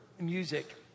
music